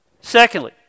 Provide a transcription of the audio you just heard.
Secondly